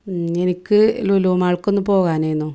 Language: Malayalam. മ് എനിക്ക് ലുലു മാൾക്കൊന്ന് പോകാനായിരുന്നു